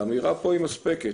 האמירה פה מספקת.